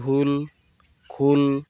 ঢোল খোল